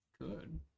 Good